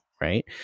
Right